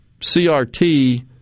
CRT